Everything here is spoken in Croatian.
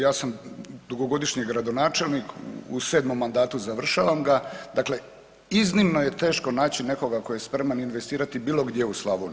Ja sam dugogodišnji gradonačelnik u 7.mandatu završavam ga, dakle iznimno je teško naći nekoga tko je spreman investirati bilo gdje u Slavoniji.